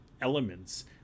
elements